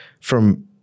from-